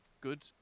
good